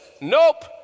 nope